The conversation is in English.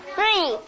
Three